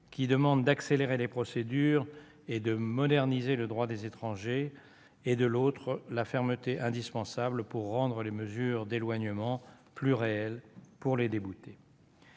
qui demande d'accélérer les procédures et de moderniser le droit des étrangers et, de l'autre, la fermeté indispensable pour rendre les mesures d'éloignement plus réelles pour les déboutés.